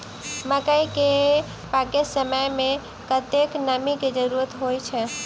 मकई केँ पकै समय मे कतेक नमी केँ जरूरत होइ छै?